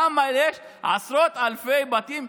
למה יש עשרות אלפי בתים?